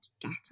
data